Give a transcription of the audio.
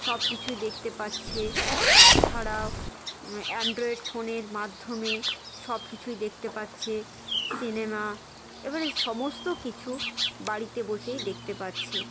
সব কিছুই দেখতে পাচ্ছে তাছাড়া অ্যান্ড্রয়েড ফোনের মাধ্যমে সব কিছুই দেখতে পাচ্ছে সিনেমা এবারে সমস্ত কিছু বাড়িতে বসেই দেখতে পাচ্ছে